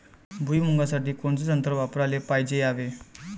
भुइमुगा साठी कोनचं तंत्र वापराले पायजे यावे?